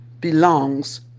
belongs